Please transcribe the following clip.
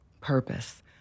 Purpose